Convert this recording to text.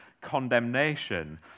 condemnation